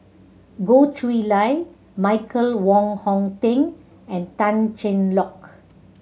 Goh Chiew Lye Michael Wong Hong Teng and Tan Cheng Lock